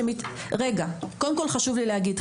חשוב לי להגיד,